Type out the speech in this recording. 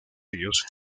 ellos